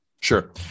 sure